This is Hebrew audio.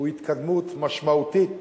הוא התקדמות משמעותית